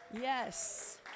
Yes